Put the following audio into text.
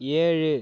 ஏழு